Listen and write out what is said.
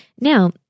Now